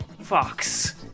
Fox